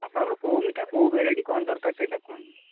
ଆପଣଙ୍କର କେଉଁ ମିଠା କେଉଁ ଭେରାଇଟି କ'ଣ ଦରକାର ସେଇଟା କୁହନ୍ତୁ